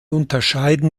unterscheiden